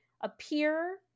appear